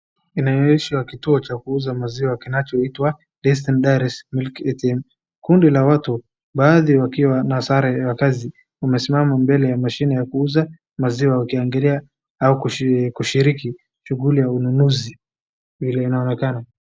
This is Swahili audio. Ninaonyeshwa kituo cha kuuza maziwa kinachoitwa Destiny Dairies MIlk ATM, kundi la watu, baadhi wakiwa na sare ya kazi wamesimama mbele ya mashine ya kuuza maziwa wakiangalia au kushiriki shughuli ya ununuzi vile inaonekana.